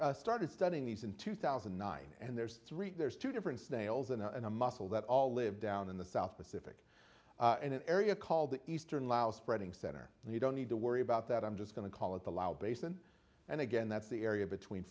we started studying these in two thousand and nine and there's three there's two different snails and a muscle that all live down in the south pacific an area called the eastern lao spreading center and you don't need to worry about that i'm just going to call it the lao basin and again that's the area between